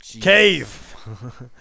Cave